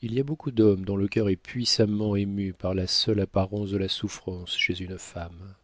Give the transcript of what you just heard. il y a beaucoup d'hommes dont le cœur est puissamment ému par la seule apparence de la souffrance chez une femme